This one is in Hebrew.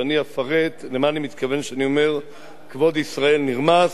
ואני אפרט למה אני מתכוון כשאני אומר "כבוד ישראל נרמס".